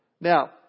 Now